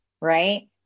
right